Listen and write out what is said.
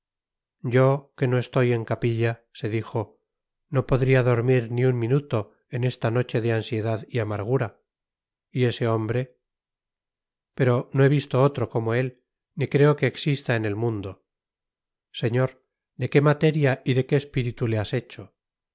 yo que no estoy en capilla se dijo no podría dormir ni un minuto en esta noche de ansiedad y amargura y ese hombre pero no he visto otro como él ni creo que exista en el mundo señor de qué materia y de qué espíritu le has hecho